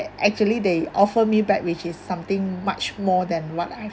actually they offer me back which is something much more than what I